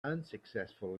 unsuccessful